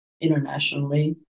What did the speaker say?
internationally